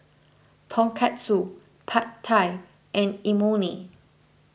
Tonkatsu Pad Thai and Imoni